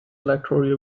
electorate